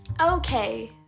Okay